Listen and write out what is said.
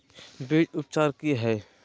बीज उपचार कि हैय?